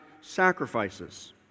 sacrifices